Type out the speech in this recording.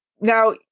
now